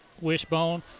wishbone